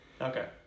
okay